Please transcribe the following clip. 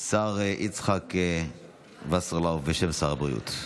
השר יצחק וסרלאוף, בשם שר הבריאות.